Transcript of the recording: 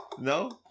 No